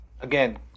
Again